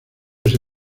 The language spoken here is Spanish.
ese